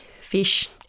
fish